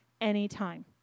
anytime